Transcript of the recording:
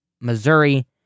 Missouri